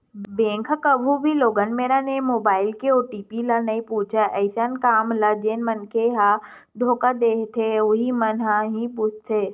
bank ह कभू भी लोगन मेरन आए मोबाईल के ओ.टी.पी ल नइ पूछय अइसन काम ल जेन मनखे मन ह धोखा देथे उहीं मन ह ही पूछथे